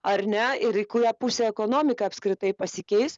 ar ne ir į kurią pusę ekonomika apskritai pasikeis